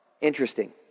Interesting